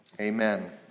amen